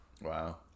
Wow